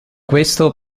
questo